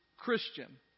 Christian